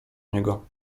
niego